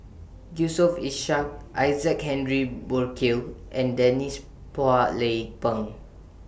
Yusof Ishak Isaac Henry Burkill and Denise Phua Lay Peng